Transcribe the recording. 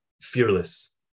fearless